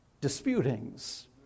disputings